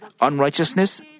unrighteousness